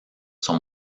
sont